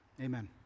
Amen